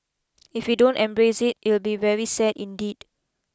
if we don't embrace it it'll be very sad indeed